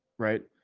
right?